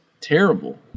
terrible